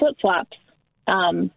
flip-flops